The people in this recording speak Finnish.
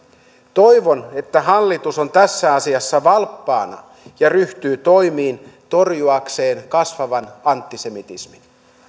toivon että hallitus on tässä asiassa valppaana ja ryhtyy toimiin torjuakseen kasvavan antisemitismin